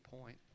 point